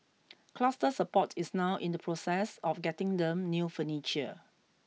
cluster support is now in the process of getting them new furniture